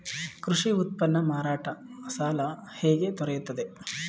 ಕೃಷಿ ಉತ್ಪನ್ನ ಮಾರಾಟ ಸಾಲ ಹೇಗೆ ದೊರೆಯುತ್ತದೆ?